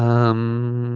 um